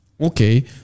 okay